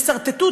תסרטטו,